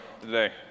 today